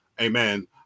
Amen